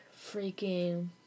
freaking